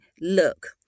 look